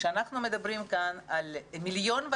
כשאנחנו מדברים כאן על 1,500,000,